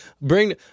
Bring